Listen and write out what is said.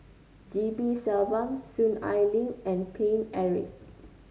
G P Selvam Soon Ai Ling and Paine Eric